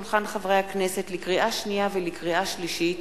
לקריאה שנייה ולקריאה שלישית: